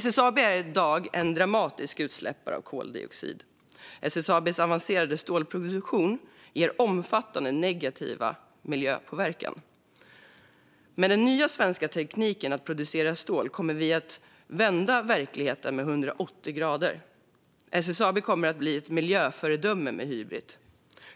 SSAB är i dag en dramatiskt stor utsläppare av koldioxid. SSAB:s avancerade stålproduktion ger omfattande negativ miljöpåverkan. Men med den nya svenska tekniken att producera stål kommer vi att vända verkligheten 180 grader. SSAB kommer att bli ett miljöföredöme med Hybrit.